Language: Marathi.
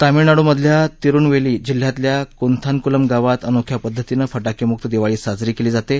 तामिळनाडूमधल्या तिरुनवेली जिल्ह्यातल्या कृंथानक्लम गावात अनोख्या पदधतीनं फटाकेमुक्त दिवाळी साजरी केली जाते